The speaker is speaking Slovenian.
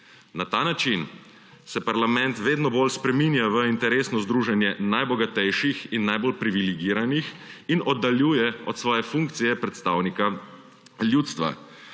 Na ta način se parlament vedno bolj spreminja v interesno združenje najbogatejših in najbolj privilegiranih in oddaljuje od svoje funkcije predstavnika ljudstva.